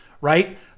right